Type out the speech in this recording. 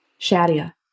Shadia